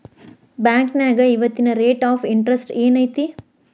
ಬಾಂಕ್ನ್ಯಾಗ ಇವತ್ತಿನ rate of interest ಏನ್ ಐತಿ